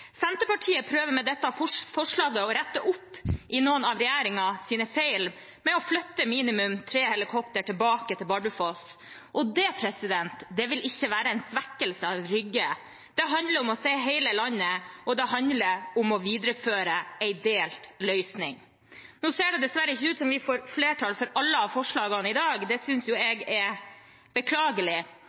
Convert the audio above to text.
Senterpartiet prøver med dette forslaget å rette oppe i noen av regjeringens feil, ved å flytte minimum tre helikoptre tilbake til Bardufoss. Det vil ikke være en svekkelse av Rygge. Det handler om å se hele landet, og det handler om å videreføre en delt løsning. Nå ser det dessverre ikke ut som om vi får flertall for alle forslagene i dag. Det synes jeg er beklagelig,